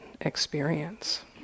experience